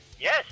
Yes